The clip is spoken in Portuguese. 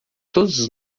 todos